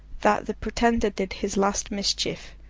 that the pretender did his last mischief,